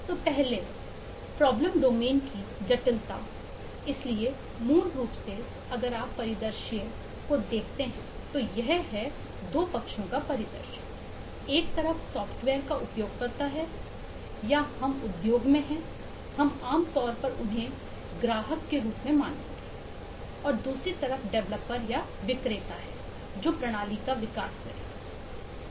तो पहले समस्या डोमेन की जटिलता इसलिए मूल रूप से अगर आप परिदृश्य को देखते हैं तो यह है 2 पक्षों का परिदृश्य एक तरफ सॉफ्टवेयर का उपयोगकर्ता है या हम उद्योग में हैं हम आम तौर पर उन्हें ग्राहक के रूप में मानेंगे और दूसरी तरफ डेवलपर या विक्रेता है जो प्रणाली का विकास करेगा